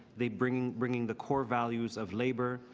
they bring bring the core values of labor,